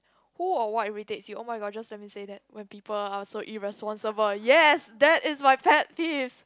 who or what irritates you oh-my-god just let me say that when people are so irresponsible yes that is my pet peeves